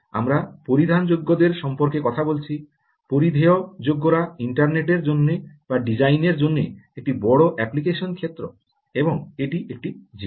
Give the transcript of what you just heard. আমরা পরিধানযোগ্যদের সম্পর্কে কথা বলছি পরিধেয়যোগ্যরা ইন্টারনেটের জন্য বা ডিজাইনের জন্য একটি বড় অ্যাপ্লিকেশন ক্ষেত্র এবং এটি একটি জিনিস